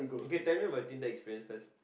okay tell me about tinder experience first